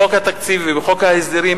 בחוק התקציב ובחוק ההסדרים,